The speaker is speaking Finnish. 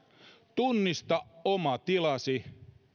tunnista oma tilasi